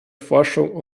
forschung